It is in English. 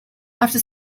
after